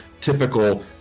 typical